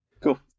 cool